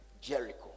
Jericho